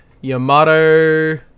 Yamato